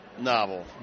novel